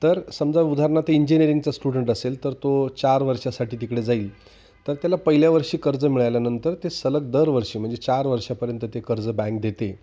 तर समजा उदाहरणार्थ इंजिनिअरिंगचा स्टुडंट असेल तर तो चार वर्षांसाठी तिकडे जाईल तर त्याला पहिल्या वर्षी कर्ज मिळाल्यानंतर ते सलग दर वर्षी म्हणजे चार वर्षांपर्यंत ते कर्ज बँक देते